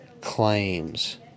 claims